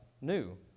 new